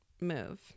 move